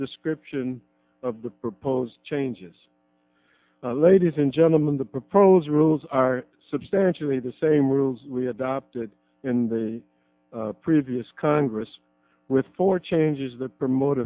description of the proposed changes ladies and gentlemen the proposed rules are substantially the same rules we adopted in the previous congress with for changes that promote